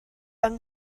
yng